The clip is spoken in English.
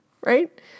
right